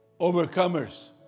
overcomers